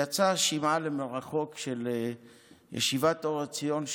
יצא שמעה למרחוק של ישיבת אור עציון,